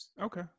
Okay